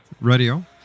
Radio